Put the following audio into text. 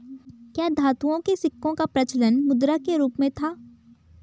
क्या धातुओं के सिक्कों का प्रचलन मुद्रा के रूप में था?